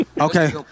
Okay